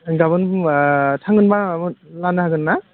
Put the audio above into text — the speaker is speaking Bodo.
गाबोन होमब्ला थांगोन बा लानो हागोन ना